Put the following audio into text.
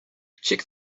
check